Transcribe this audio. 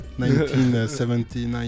1979